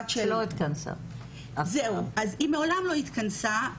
היא מעולם לא התכנסה.